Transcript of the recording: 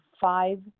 five